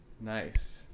Nice